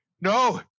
No